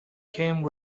came